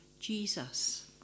Jesus